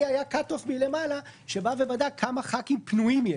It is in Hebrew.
היה Cut-off מלמעלה שבא ובדק כמה חברי הכנסת פנויים יש,